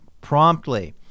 promptly